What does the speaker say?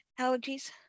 allergies